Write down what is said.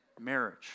marriage